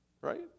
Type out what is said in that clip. Right